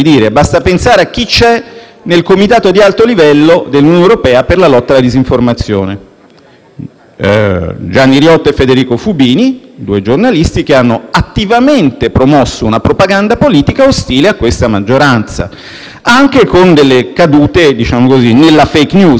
Gianni Riotta e Federico Fubini, due giornalisti che hanno attivamente promosso una propaganda politica ostile a questa maggioranza, anche con delle cadute nella *fake news.* Basta pensare a quando Gianni Riotta negava che il secondo comma del primo articolo della Costituzione menzionasse la sovranità popolare,